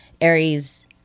aries